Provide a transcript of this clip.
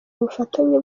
bufatanye